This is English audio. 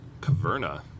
Caverna